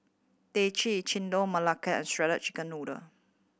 teh Chendol Melaka and shredded chicken noodle